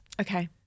Okay